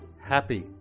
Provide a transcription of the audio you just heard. happy